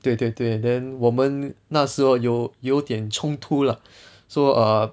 对对对 then 我们那时候有有点冲突 lah so err